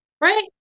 right